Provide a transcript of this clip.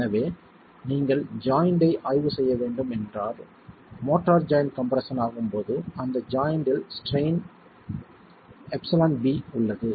எனவே நீங்கள் ஜாய்ண்ட் ஐ ஆய்வு செய்ய வேண்டும் என்றால் மோர்ட்டார் ஜாய்ண்ட் கம்ப்ரெஸ்ஸன் ஆகும் போது அந்த ஜாய்ண்ட் இல் ஸ்ட்ரைன் εb உள்ளது